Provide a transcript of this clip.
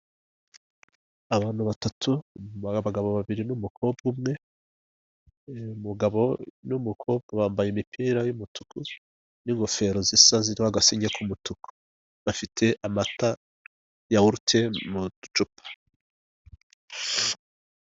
Abantu batatu ni abagabo babiri n'umukobwa umwe, umugabo n'umukobwa bambaye imipira y'umutuku n'ingofero zisa ziriho agasinye k'umutuku bafite amata yawurute mu ducupa.